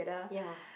ya